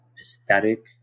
aesthetic